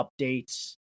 updates